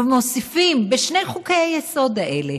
ומוסיפים בשני חוקי-היסוד האלה,